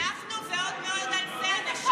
כל מה שאתם צריכים לעשות זה רק להפסיד בכבוד,